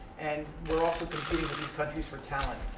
and we're also competing with these countries for talent.